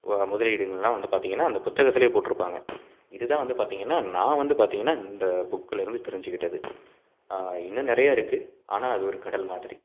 ஓ முதலீடுங்கள்லாம் வந்து பார்த்தீங்கன்னா அந்த புத்தகத்திலே போட்டிருப்பாங்க இதுதான் வந்து பார்த்தீங்கன்னா நான் வந்து பார்த்தீங்கன்னா இந்த புக்குலருந்து தெரிஞ்சிக்கிட்டது இன்னும் நிறைய இருக்குது ஆனால் அது ஒரு கடல் மாதிரி